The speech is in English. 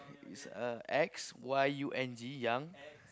it's uh X Y U N G Yung